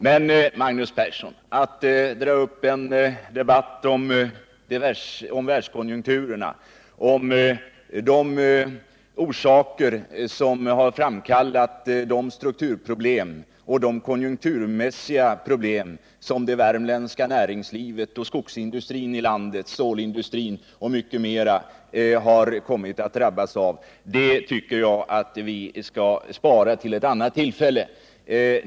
Men, Magnus Persson, jag tycker inte att vi skall dra upp en debatt om världskonjunkturerna och om de orsaker som har framkallat de strukturproblem och de konjunkturmässiga problem som det värmländska näringslivet, skogsindustrin, stålindustrin och många andra industrier har kommit att drabbas av. Det kan vi spara till ett annat tillfälle.